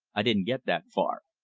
i didn't get that far.